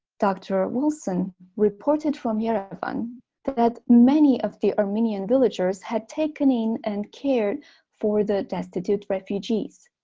dr. wilson reported from yerevan that that many of the armenian villagers had taken in and cared for the destitute refugees